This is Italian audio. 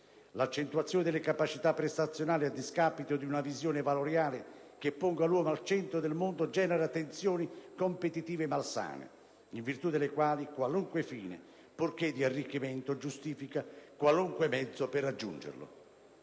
L'accentuazione delle capacità prestazionali a discapito di una visione valoriale che ponga l'uomo al centro del mondo genera tensioni competitive malsane in virtù delle quali qualunque fine, purché di arricchimento, giustifica qualunque mezzo per raggiungerlo.